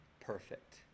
perfect